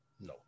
no